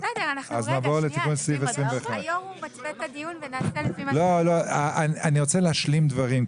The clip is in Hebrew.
אז נעבור לתיקון סעיף 21. אני רוצה להשלים דברים,